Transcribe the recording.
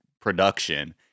production